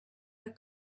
her